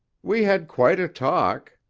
we had quite a talk.